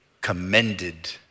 commended